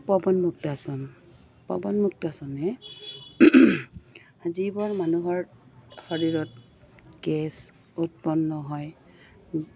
পৱন মুুক্তাসন পৱন মুুক্তাসনে যিবোৰ মানুহৰ শৰীৰত গেছ উৎপন্ন হয়